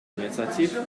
инициатив